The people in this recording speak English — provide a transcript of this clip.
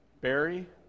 Barry